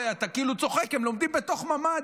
אתה כאילו צוחק, הם לומדים בתוך ממ"ד,